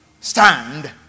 stand